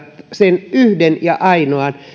sen yhden ja ainoan